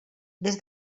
des